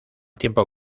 tiempo